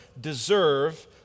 deserve